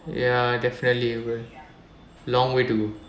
ya definitely will long way to go